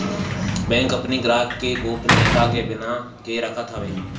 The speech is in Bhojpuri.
बैंक अपनी ग्राहक के गोपनीयता के बना के रखत हवे